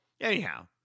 Anyhow